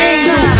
Angel